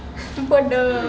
bodoh